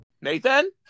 Nathan